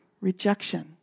rejection